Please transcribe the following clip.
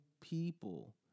people